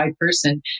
person